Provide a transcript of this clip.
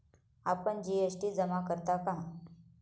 आपण जी.एस.टी जमा करता का?